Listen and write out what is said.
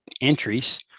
entries